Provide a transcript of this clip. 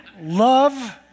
Love